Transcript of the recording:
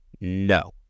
No